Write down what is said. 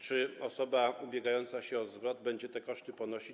Czy osoba ubiegająca się o zwrot będzie te koszty ponosić?